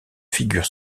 figure